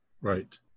Right